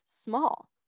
small